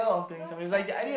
no preference